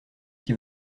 qui